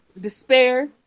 despair